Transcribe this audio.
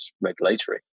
regulatory